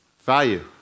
Value